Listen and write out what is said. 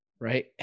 right